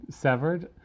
severed